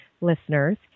listeners